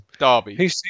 Derby